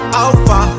alpha